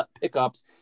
pickups